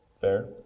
fair